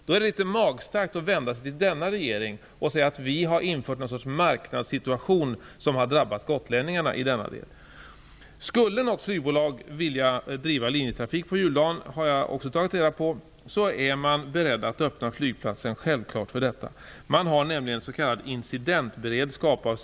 Då är det litet magstarkt att vända sig till denna regering och säga att den infört något slags marknadssituation som har drabbat gotlänningarna i denna del. Skulle något flygbolag vilja driva flygtrafik på juldagen är man självklart beredd att öppna flygplatsen för detta, har jag också tagit reda på.